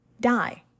die